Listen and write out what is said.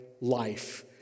life